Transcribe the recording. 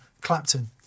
Clapton